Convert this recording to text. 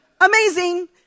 Amazing